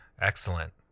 Excellent